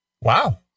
Wow